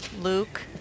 Luke